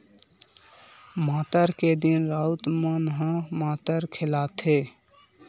मातर के दिन राउत मन ह मातर खेलाथे